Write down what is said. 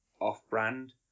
off-brand